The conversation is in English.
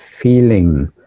feeling